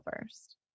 first